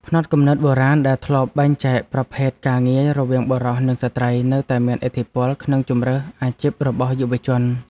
ផ្នត់គំនិតបុរាណដែលធ្លាប់បែងចែកប្រភេទការងាររវាងបុរស និងស្ត្រីនៅតែមានឥទ្ធិពលក្នុងជម្រើសអាជីពរបស់យុវជន។